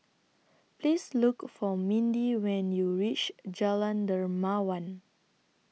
Please Look For Mindi when YOU REACH Jalan Dermawan